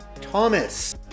Thomas